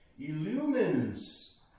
illumines